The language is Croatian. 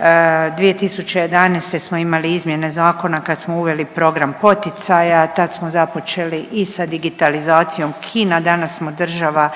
2011. smo imali izmjene zakona kad smo uveli program poticaja. Tad smo započeli i sa digitalizacijom kina. Danas smo država